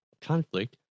conflict